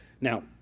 Now